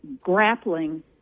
grappling